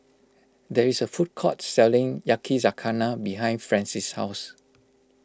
there is a food court selling Yakizakana behind Frances' house